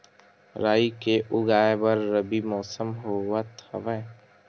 राई के उगाए बर रबी मौसम होवत हवय?